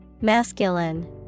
Masculine